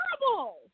horrible